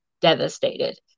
devastated